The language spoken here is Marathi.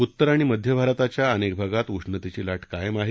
उत्तर आणि मध्य भारताच्या अनेक भागात उष्णतेची लाट कायम आहे